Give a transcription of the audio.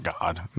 God